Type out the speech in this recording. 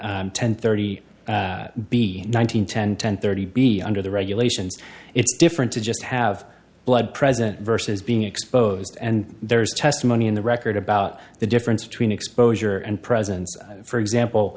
ten thirty b nine hundred ten ten thirty be under the regulations it's different to just have blood present versus being exposed and there's testimony in the record about the difference between exposure and presence for example